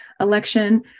election